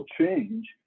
change